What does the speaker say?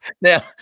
Now